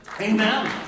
Amen